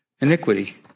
iniquity